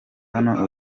hano